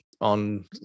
on